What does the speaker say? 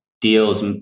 deals